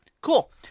Cool